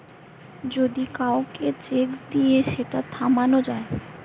যদি কাউকে চেক দিয়ে সেটা থামানো যায়